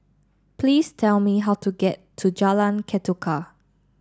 please tell me how to get to Jalan Ketuka